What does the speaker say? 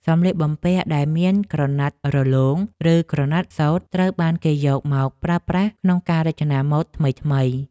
សម្លៀកបំពាក់ដែលមានក្រណាត់រលោង ឬក្រណាត់សូត្រត្រូវបានគេយកមកប្រើប្រាស់ក្នុងការរចនាម៉ូដថ្មីៗ។